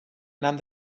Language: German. nahm